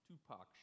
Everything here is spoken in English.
Tupac